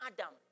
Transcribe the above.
Adam